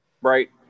Right